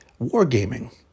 wargaming